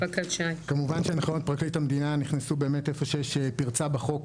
כמובן שהנחיות פרקליט המדינה נכנסו באמת איפה שיש פרצה בחוק,